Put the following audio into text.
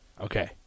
Okay